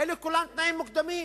אלה כולם תנאים מוקדמים.